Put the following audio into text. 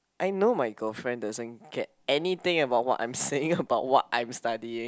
I know my girlfriend doesn't get anything about what I'm saying about what I'm studying